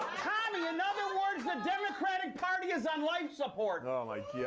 tommy, in other words, the democratic party is on life support. ah like yeah